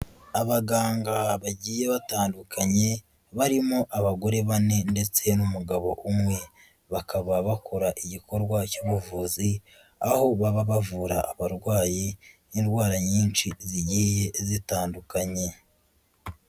Abaganga bagiye batandukanye barimo abagore bane ndetse n'umugabo umwe, bakaba bakora igikorwa cy'ubuvuzi aho baba bavura abarwayi indwara nyinshi zigiye zitandukanye.